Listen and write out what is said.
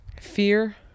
fear